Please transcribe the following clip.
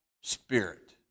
spirit